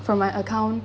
from my account